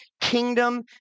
kingdom